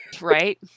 Right